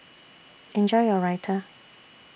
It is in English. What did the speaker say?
Enjoy your Raita